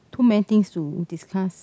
too many things to discuss